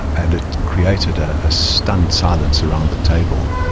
and it created a ah stunned silence around the table.